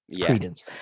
credence